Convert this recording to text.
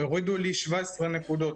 הורידו לי 17 נקודות,